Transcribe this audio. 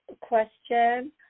question